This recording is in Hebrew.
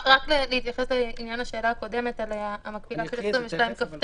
רק להתייחס לעניין השאלה הקודמת על המקבילה לסעיף 22כט: